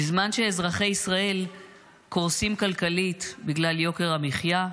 בזמן שאזרחי ישראל קורסים כלכלית בגלל יוקר המחיה,